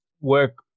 work